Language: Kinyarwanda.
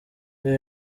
ibi